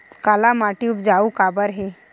काला माटी उपजाऊ काबर हे?